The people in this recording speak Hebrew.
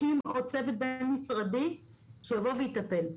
להקים עוד צוות בין-משרדי שיבוא ויטפל.